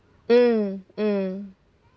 mm mm